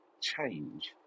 change